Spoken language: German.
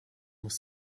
muss